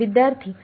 विद्यार्थीः